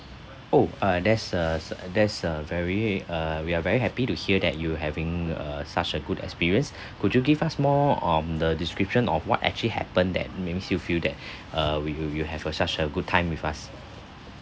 oh uh there's a s~ there's a very uh we are very happy to hear that you having a such a good experience could you give us more on the description of what actually happened that makes you feel that uh will you you have such a good time with us